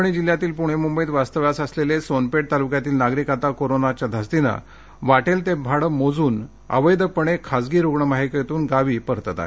परभणी जिल्ह्यातील पुणे मुंबईत वास्तव्यास असलेले सोनपेठ तालुक्यातील नागरिक आता कोरोनाच्या धास्तीने वाटेल ते भाडं मोजून अवैधपणे खासगी रुग्णवाहिकेतून गावी परतत आहेत